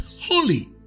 holy